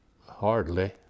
Hardly